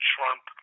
Trump